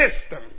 system